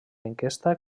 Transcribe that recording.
enquesta